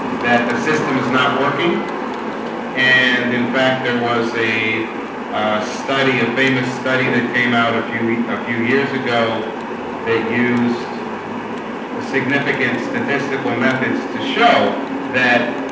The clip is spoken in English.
that the system is not working and in fact there was a study a famous study that came out a few a few years ago that used significant statistical methods to show that